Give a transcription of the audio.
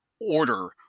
order